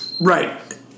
Right